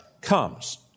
comes